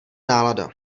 nálada